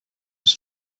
was